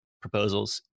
proposals